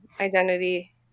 identity